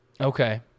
Okay